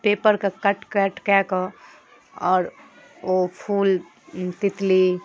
पेपरके cut cut कऽ कऽ आओर ओ फूल तितली